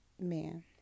man